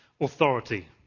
authority